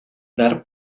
d’art